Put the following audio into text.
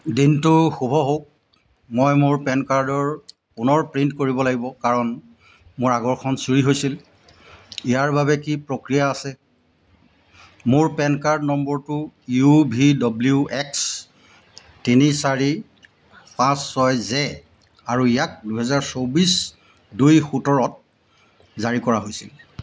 দিনটো শুভ হওক মই মোৰ পেন কাৰ্ডৰ পুনৰ প্ৰিণ্ট কৰিব লাগিব কাৰণ মোৰ আগৰখন চুৰি হৈছিল ইয়াৰ বাবে কি প্ৰক্ৰিয়া আছে মোৰ পেন কাৰ্ড নম্বৰটো ইউভিডব্লিউএক্স তিনি চাৰি পাঁচ ছয় জে আৰু ইয়াক দুহেজাৰ চৌব্বিছ দুই সোতৰত জাৰী কৰা হৈছিল